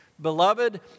Beloved